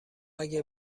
اگه